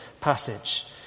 passage